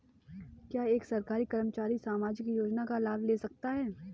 क्या एक सरकारी कर्मचारी सामाजिक योजना का लाभ ले सकता है?